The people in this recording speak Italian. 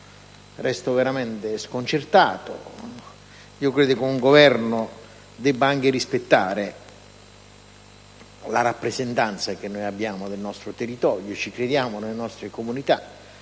resto veramente sconcertato. Io credo che un Governo debba anche rispettare la rappresentanza che noi abbiamo del nostro territorio. Noi crediamo nelle nostre comunità;